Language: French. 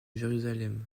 jérusalem